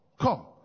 come